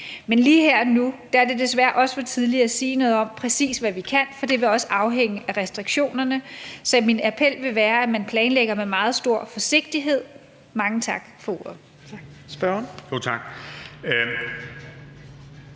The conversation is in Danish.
Men lige her og nu er det desværre også for tidligt at sige noget om, præcis hvad vi kan, for det vil også afhænge af restriktionerne. Så min appel vil være, at man planlægger med meget stor forsigtighed. Mange tak for ordet.